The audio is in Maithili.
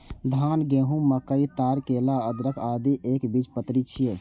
धान, गहूम, मकई, ताड़, केला, अदरक, आदि एकबीजपत्री छियै